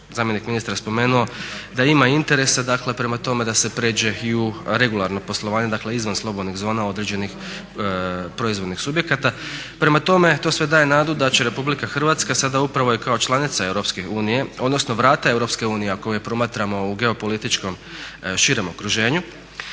zamjenik ministra spomenuo, da ima interesa, dakle, prema tome da se prijeđe i u regularno poslovanje. Dakle, izvan slobodnih zona određenih proizvodnih subjekata. Prema tome, to sve daje nadu da će RH sada upravo i kao članica EU, odnosno vrata EU ako je promatramo u geopolitičkom širem okruženju